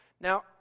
Now